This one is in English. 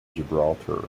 gibraltar